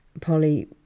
Polly